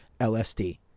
lsd